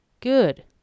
good